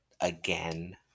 again